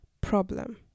problem